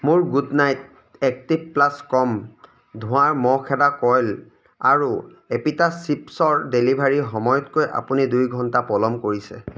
মোৰ Good Knight active plus কম ধোঁৱাৰ মহ খেদা কইল আৰু এপিটাছ চিপ্ছৰ ডেলিভাৰীৰ সময়তকৈ আপুনি দুই ঘণ্টা পলম কৰিছে